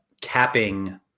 capping